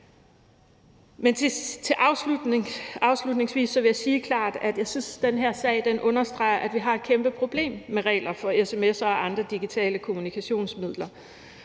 Afslutningsvis vil jeg sige klart, at jeg synes, den her sag understreger, at vi har et kæmpe problem med regler for sms'er og andre digitale kommunikationsmidler,